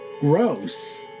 Gross